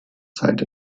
zeit